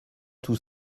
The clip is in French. tout